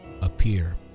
appear